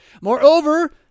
Moreover